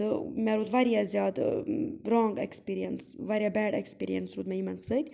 تہٕ مےٚ روٗد واریاہ زیادٕ رانٛگ اٮ۪کسپیٖریَنٕس واریاہ بیڈ اٮ۪کسپیٖریَنٕس روٗد مےٚ یِمَن سۭتۍ